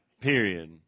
Period